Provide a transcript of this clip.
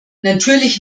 natürlich